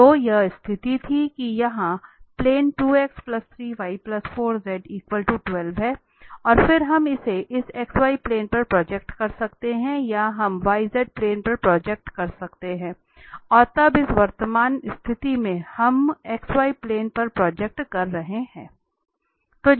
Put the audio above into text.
तो यह स्थिति थी कि यह यहां प्लेन 2 x 3 y 4 z 12 है और फिर हम इसे इस xy प्लेन पर प्रोजेक्ट कर सकते हैं या हम yz प्लेन पर प्रोजेक्ट कर सकते हैं और अब इस वर्तमान स्थिति में हम xy प्लेन पर प्रोजेक्ट कर रहे हैं